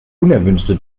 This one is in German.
unerwünschte